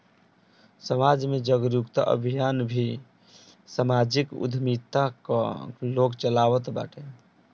समाज में जागरूकता अभियान भी समाजिक उद्यमिता कअ लोग चलावत बाटे